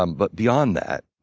um but beyond that,